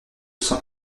cent